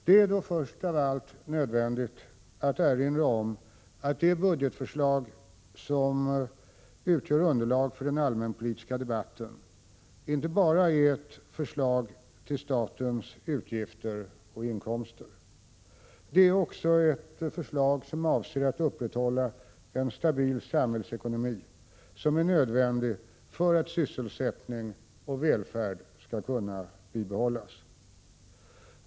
Det är först av allt nödvändigt att erinra om att det budgetförslag som utgör underlag för den allmänpolitiska debatten inte bara är ett förslag till statens utgifter och inkomster. Det är också ett förslag som avser att upprätthålla en stabil samhällsekonomi, som är nödvändig för att sysselsättning och välfärd skall kunna bibehållas.